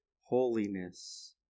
holiness